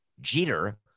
Jeter